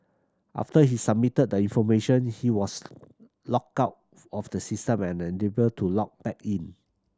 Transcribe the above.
after he submitted the information he was logged out of the system and unable to log back in